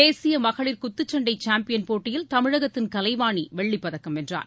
தேசிய மகளிர் குத்துச்சண்டை சேம்பியன் போட்டியில் தமிழகத்தின் கலைவாணி வெள்ளிப்பதக்கம் வென்றார்